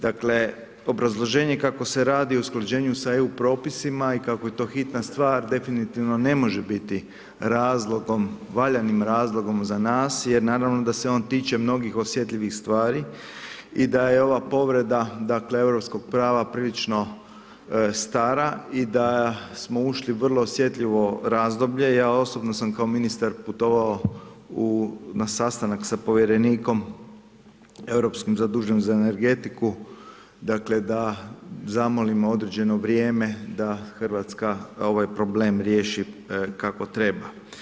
Dakle, obrazloženje kako se radi o usklađenju sa EU propisima i kako je to hitna stvar definitivno ne može biti razlogom, valjanim razlogom za nas jer naravno da se on tiče mnogih osjetljivih stvari i da je ova povreda dakle Europskog prva prilično stara i da smo ušli u vrlo osjetljivo razdoblje, ja osobno sam kao ministar putovao u, na sastanak sa povjerenikom europskim zaduženim za energetiku, dakle da zamolimo određeno vrijeme da Hrvatska ovaj problem riješi kako treba.